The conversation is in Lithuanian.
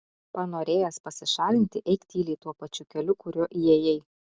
panorėjęs pasišalinti eik tyliai tuo pačiu keliu kuriuo įėjai